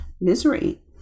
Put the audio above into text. misery